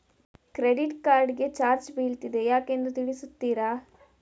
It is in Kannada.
ಕ್ರೆಡಿಟ್ ಕಾರ್ಡ್ ಗೆ ಚಾರ್ಜ್ ಬೀಳ್ತಿದೆ ಯಾಕೆಂದು ತಿಳಿಸುತ್ತೀರಾ?